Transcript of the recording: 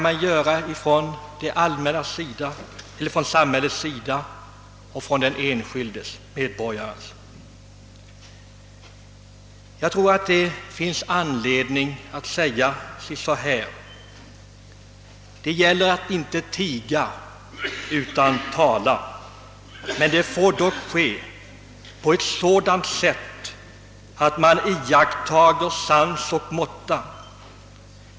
Man frågar sig vad samhället och den enskilde medborgaren kan göra. Jag tror det finns anledning att säga att det gäller att inte tiga utan tala, men det får ske med iakttagande av sans och måtta.